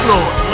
Lord